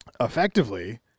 effectively